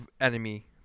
enemy